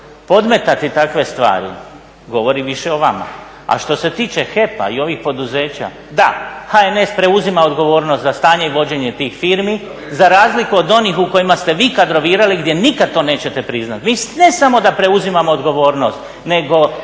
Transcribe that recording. Podmetati takve stvari, govori više o vama. A što se tiče HEP-a i ovih poduzeća, da, HNS preuzima odgovornost za stanje i vođenje tih firmi, za razliku od onih u kojima ste vi kadrovirali gdje nikad to nećete priznati. Mi ne samo da preuzimamo odgovornost nego